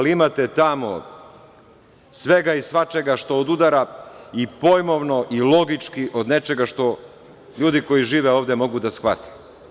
Imate tamo svega i svačega što odudara i pojmovno i logički od nečega što ljudi koji žive ovde mogu da shvate.